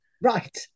Right